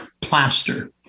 plaster